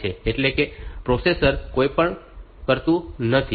એટલે કે પ્રોસેસર કંઈપણ કરતું નથી